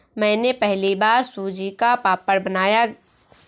मैंने पहली बार सूजी का पापड़ बनाया